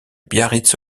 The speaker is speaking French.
biarritz